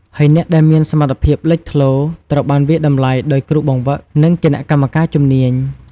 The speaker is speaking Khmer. ហើយអ្នកដែលមានសមត្ថភាពលេចធ្លោ ត្រូវបានវាយតម្លៃដោយគ្រូបង្វឹក និងគណៈកម្មការជំនាញ។